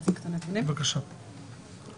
להעלות את הנושא הזה כי זה נושא שהוא חשוב לאזרחים.